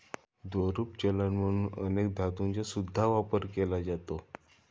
द्रवरूप चलन म्हणून अनेक धातूंचा सुद्धा वापर केला जातो